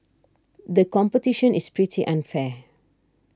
the competition is pretty unfair